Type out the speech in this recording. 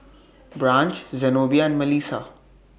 Branch Zenobia and Malissa